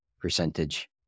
percentage